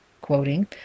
quoting